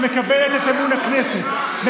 שמקבלת את אמון הכנסת,